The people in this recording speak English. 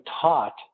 taught